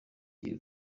iri